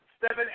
Seven